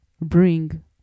bring